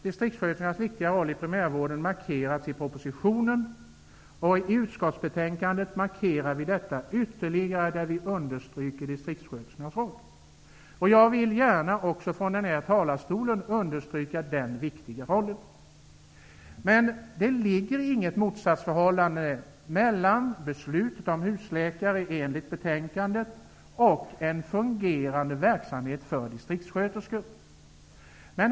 Distriktssköterskornas viktiga roll i primärvården har redan markerats i propositionen, och i utskottsbetänkandet markerar vi detta ytterligare när vi understryker distriktssköterskornas roll. Jag vill gärna också från den här talarstolen understryka den viktiga rollen. Men det finns inget motsatsförhållande i beslutet om husläkare enligt betänkandet och en fungerande verksamhet för distriktssköterskor.